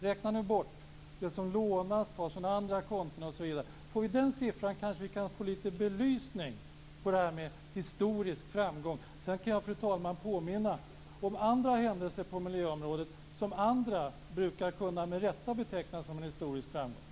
Räkna nu bort det som lånas, tas från andra konton osv. Får vi den siffran så kanske vi kan få lite belysning på det här med historisk framgång. Sedan kan jag, fru talman, påminna om andra händelser på miljöområdet som andra med rätta brukar kunna beteckna som historiska framgångar.